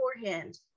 beforehand